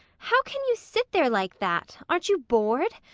how can you sit there like that? aren't you bored?